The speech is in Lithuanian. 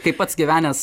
kai pats gyvenęs